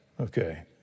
Okay